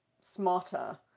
smarter